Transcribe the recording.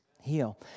heal